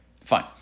Fine